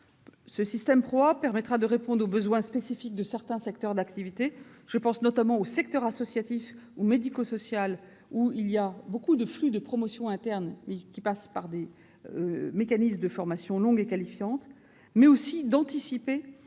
Ce système permettra de répondre aux besoins spécifiques de certains secteurs d'activité, notamment le secteur associatif ou médico-social, où les flux de promotion interne sont importants et passent par des mécanismes de formations longues et qualifiantes, mais aussi d'anticiper